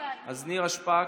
אז נירה שפק.